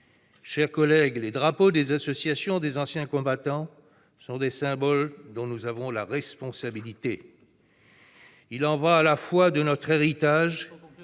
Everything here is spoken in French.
Chers collègues, les drapeaux des associations d'anciens combattants sont de ces symboles que nous avons la responsabilité de protéger. Il y va à la fois de notre héritage